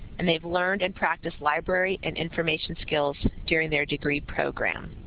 and they've learned and practiced library and information skills during their degree program.